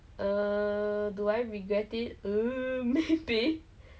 是怕那种看不到下面 so it's like swimming pool is fine